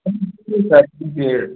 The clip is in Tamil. ஆறுபத்திஏழு